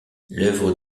l’œuvre